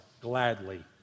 gladly